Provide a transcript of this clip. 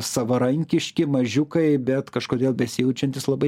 savarankiški mažiukai bet kažkodėl besijaučiantys labai